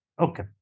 Okay